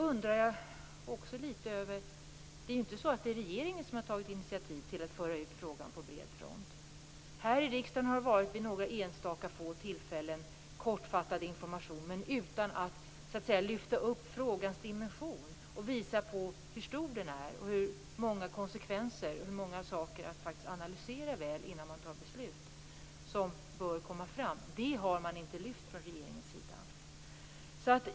Men det är ju inte så att det är regeringen som har tagit initiativ till att föra ut frågan på bred front. Det har varit kortfattad information vid några enstaka få tillfällen här i riksdagen, men frågans dimension har inte lyfts upp. Man har inte visat hur stor den är, vilka konsekvenser den medför och hur många saker det finns som måste analyseras väl innan man fattar beslut. Det har regeringen inte lyft fram.